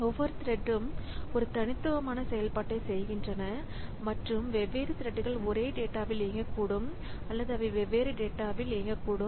ஒவ்வொரு த்ரெட்ம் ஒரு தனித்துவமான செயல்பாட்டைச் செய்கின்றன மற்றும் வெவ்வேறு த்ரெட்கள் ஒரே டேட்டாவில் இயங்கக்கூடும் அல்லது அவை வெவ்வேறு டேட்டாவில் இயங்கக்கூடும்